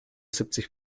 siebzig